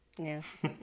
Yes